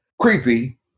creepy